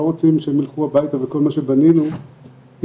רוצים שהם יילכו הביתה וכל מה שבנינו ייהרס.